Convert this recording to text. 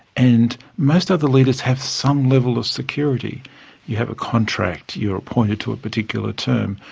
and most other leaders have some level of security you have a contract, you're appointed to a particular term.